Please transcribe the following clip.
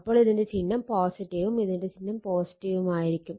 അപ്പോൾ ഇതിന്റെ ചിഹ്നം ഉം ഇതിന്റെ ചിഹ്നം ഉം ആയിരിക്കും